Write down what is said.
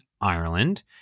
Ireland